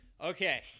Okay